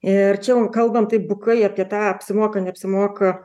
ir čia jau kalbam taip bukai apie tą apsimoka neapsimoka